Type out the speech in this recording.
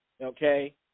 okay